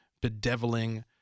bedeviling